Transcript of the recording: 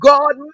God